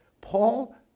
Paul